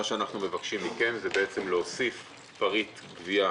אנחנו מבקשים מכם להוסיף פריט גבייה